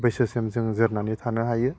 बैसोसिम जोङो जोरनानै थानो हायो